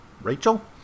rachel